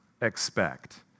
expect